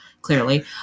clearly